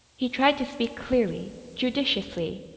he tried to speak clearly, judiciously,